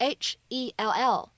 h-e-l-l